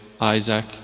Isaac